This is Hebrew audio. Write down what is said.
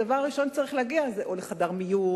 הדבר הראשון שצריך זה או להגיע לחדר מיון,